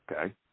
okay